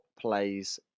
plays